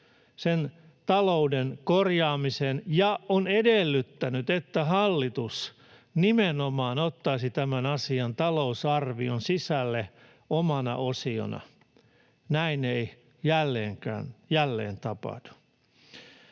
sen talouden korjaamisesta, ja on edellyttänyt, että hallitus nimenomaan ottaisi tämän asian talousarvion sisälle omana osionaan. Näin ei jälleen tapahdu.